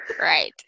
Right